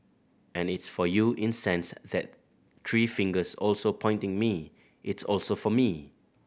and it's for you in sense that three fingers also pointing me it's also for me